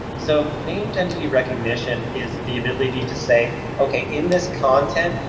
so named entity recognition is the ability to say okay, in this content,